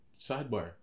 sidebar